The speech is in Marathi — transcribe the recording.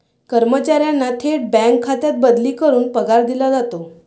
कर्मचाऱ्यांना थेट बँक खात्यात बदली करून पगार दिला जातो